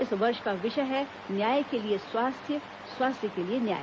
इस वर्ष का विषय है न्याय के लिए स्वास्थ्य स्वास्थ्य के लिए न्याय